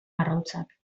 arrautzak